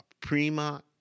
Prima